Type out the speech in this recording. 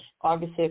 august